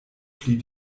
pli